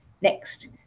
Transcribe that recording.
Next